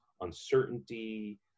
uncertainty